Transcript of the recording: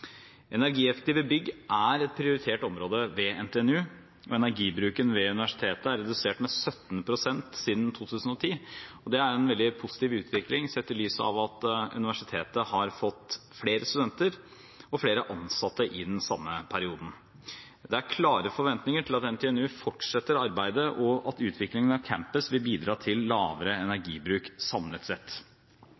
Energieffektive bygg er et prioritert område ved NTNU, og energibruken ved universitetet er redusert med 17 pst. siden 2010. Det er en veldig positiv utvikling, sett i lys av at universitetet har fått flere studenter og flere ansatte i den samme perioden. Det er klare forventninger til at NTNU fortsetter arbeidet, og at utviklingen av campus vil bidra til lavere